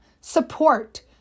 support